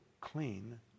clean